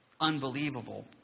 unbelievable